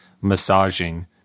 massaging